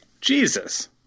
Jesus